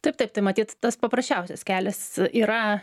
taip taip tai matyt tas paprasčiausias kelias yra